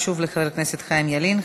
שוב תודה רבה לחבר הכנסת חיים ילין.